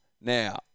Now